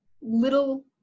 little